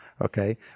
okay